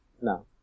No